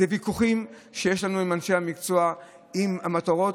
אלה ויכוחים שיש לנו עם אנשי המקצוע על המטרות.